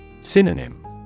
Synonym